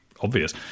obvious